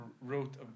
wrote